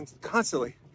constantly